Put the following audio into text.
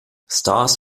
stars